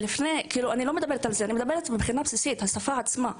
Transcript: אני מדברת על השפה עצמה,